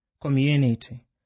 community